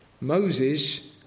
Moses